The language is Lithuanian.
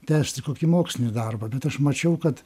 tęsti kokį mokslinį darbą bet aš mačiau kad